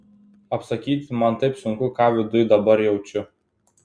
apsakyti man taip sunku ką viduj dabar jaučiu